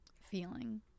feeling